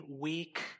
weak